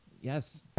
yes